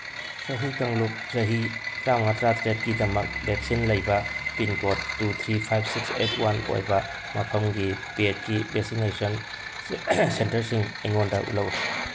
ꯆꯍꯤ ꯀꯥꯡꯂꯨꯞ ꯆꯍꯤ ꯇꯔꯥꯃꯉꯥ ꯇꯔꯥꯇꯔꯦꯠꯀꯤꯗꯃꯛ ꯚꯦꯛꯁꯤꯟ ꯂꯩꯕ pin code two three five six eight one ꯑꯣꯏꯕ ꯃꯐꯝꯒꯤ ꯄꯦꯠꯀꯤ ꯚꯦꯁꯤꯅꯦꯁꯟ ꯁꯦꯟꯇꯔꯁꯤꯡ ꯑꯩꯉꯣꯟꯗ ꯎꯠꯂꯛꯎ